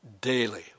Daily